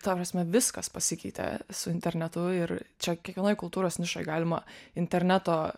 ta prasme viskas pasikeitė su internetu ir čia kiekvienoj kultūros nišoj galima interneto